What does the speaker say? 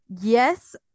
yes